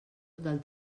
del